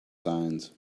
signs